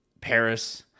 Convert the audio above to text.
Paris